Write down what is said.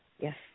yes